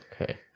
okay